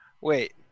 Wait